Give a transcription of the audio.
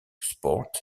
sport